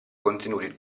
contenuti